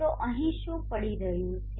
તો અહીં શું પડી રહ્યું છે